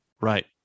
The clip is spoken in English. Right